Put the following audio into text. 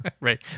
Right